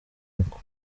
wako